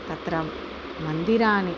तत्र मन्दिराणि